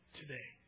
today